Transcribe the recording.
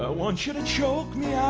ah want you to choke